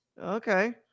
Okay